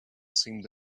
seemed